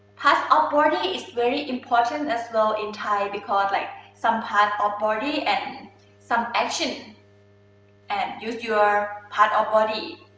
parts our body is very important as well in thai because like some part of body and some action and use your part of body.